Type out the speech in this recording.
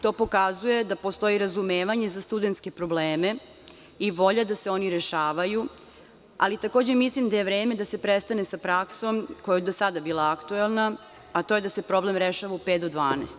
To pokazuje da postoji razumevanje za studentske probleme i volja da se oni rešavaju, ali takođe mislim da je vreme da se prestane sa praksom koja je do sada bila aktuelna, a to je da se problem rešava u pet do 12.